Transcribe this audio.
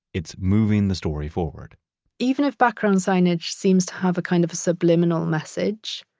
it's moving the story forward even if background signage seems to have a kind of a subliminal message,